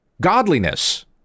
Godliness